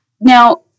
now